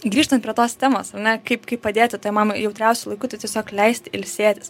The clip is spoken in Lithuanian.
grįžtant prie tos temos ane kaip kaip padėti tai mamai jautriausiu laiku tai tiesiog leisti ilsėtis